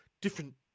different